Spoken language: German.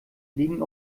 legen